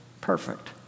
perfect